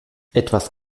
etwas